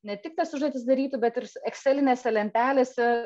ne tik tas užduotis darytų bet ir ekselinėse lentelėse